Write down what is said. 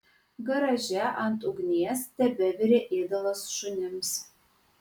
garaže ant ugnies tebevirė ėdalas šunims